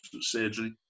surgery